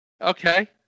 Okay